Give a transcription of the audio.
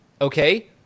okay